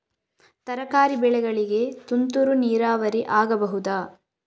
ತರಕಾರಿ ಬೆಳೆಗಳಿಗೆ ತುಂತುರು ನೀರಾವರಿ ಆಗಬಹುದಾ?